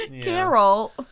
carol